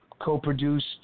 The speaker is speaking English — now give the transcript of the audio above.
co-produced